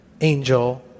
angel